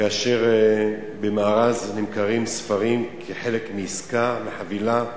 כאשר במארז נמכרים ספרים כחלק מעסקה, מחבילה,